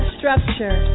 structure